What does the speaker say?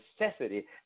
necessity